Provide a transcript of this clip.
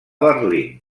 berlín